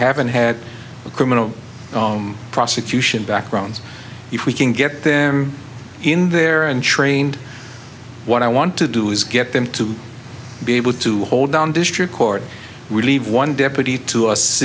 haven't had a criminal prosecution background if we can get them in there and trained what i want to do is get them to be able to hold down district court relieve one deputy to